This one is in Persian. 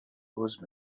عذر